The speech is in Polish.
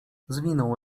zwinął